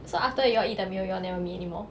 so after you all eat the meal you all never meet anymore